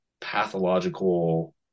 pathological